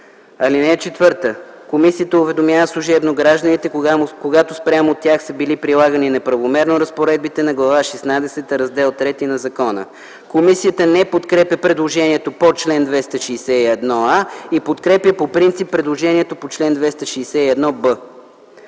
санкции. (4) Комисията уведомява служебно гражданите, когато спрямо тях са били прилагани неправомерно разпоредбите на Глава шестнадесета, Раздел ІІІ на закона.” Комисията не подкрепя предложението по чл. 261а и подкрепя по принцип предложението по чл. 261б.